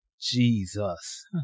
Jesus